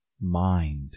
mind